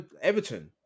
Everton